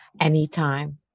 Anytime